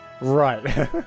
right